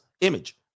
image